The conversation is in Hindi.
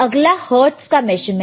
अगला हर्ट्ज़ का मेजरमेंट है